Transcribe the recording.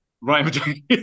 right